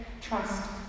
trust